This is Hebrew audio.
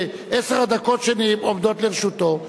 בעשר הדקות שעומדות לרשותו,